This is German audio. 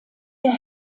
der